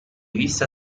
vista